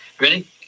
ready